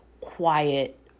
quiet